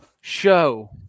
Show